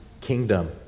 kingdom